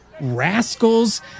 rascals